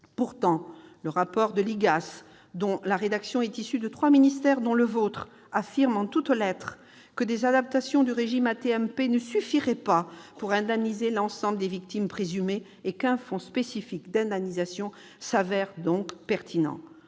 Pourtant, le rapport de l'IGAS, dont la rédaction est issue de trois ministères, y compris le vôtre, affirme en toutes lettres que des adaptations du régime AT-MP ne suffiraient pas pour indemniser l'ensemble des victimes présumées et qu'un fonds spécifique d'indemnisation s'avère pertinent.